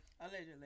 allegedly